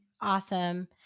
Awesome